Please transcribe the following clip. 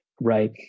right